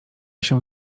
się